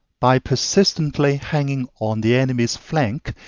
by persistently hanging on the enemy's flank,